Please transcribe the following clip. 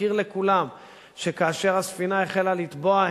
ונזכיר לכולם שכאשר הספינה החלה לטבוע,